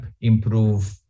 improve